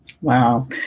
Wow